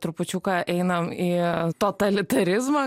trupučiuką einam į totalitarizmą